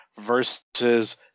versus